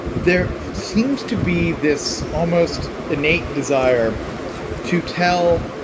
there seems to be this almost innate desire to tell